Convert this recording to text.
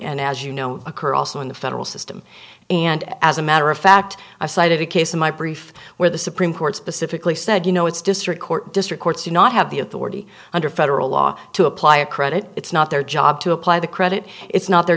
and as you know occur also in the federal system and as a matter of fact i cited a case in my brief where the supreme court specifically said you know it's district court district courts do not have the authority under federal law to apply a credit it's not their job to apply the credit it's not their